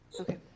Okay